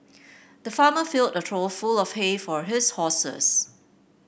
the farmer filled a trough full of hay for his horses